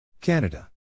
Canada